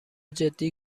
جدی